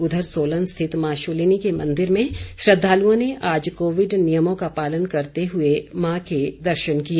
उधर सोलन स्थित मां शूलिनी के मंदिर में श्रद्दालुओं ने आज कोविड नियमों का पालन करते हुए मां के दर्शन किए